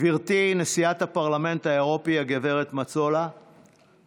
גברתי נשיאת הפרלמנט האירופי הגב' מטסולה,